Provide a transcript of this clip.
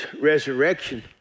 resurrection